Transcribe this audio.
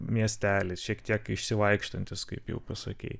miestelis šiek tiek išsivaikštantis kaip jau pasakei